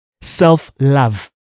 self-love